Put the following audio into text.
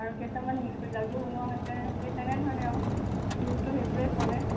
আৰু কেইটামান মিঠৈ লাড়ুও বনোৱা হৈছে সেই তেনেধৰণেই আৰু বিহুতটো সেইবোৰেই চলে